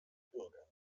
bürgern